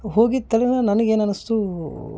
ಹೋಗಿದ್ದ ತಲೆನೇ ನನಗ್ ಏನು ಅನಿಸ್ತು